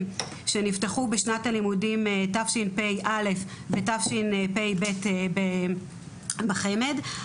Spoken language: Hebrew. שנפתחו בשנת הלימודים תשפ"א ותשפ"ב בחמ"ד.